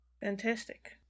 Fantastic